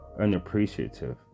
unappreciative